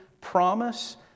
promise